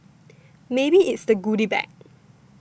maybe it's the goody bag